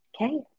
Okay